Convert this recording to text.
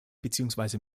beziehungsweise